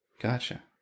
Gotcha